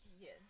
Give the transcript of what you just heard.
Yes